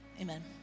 amen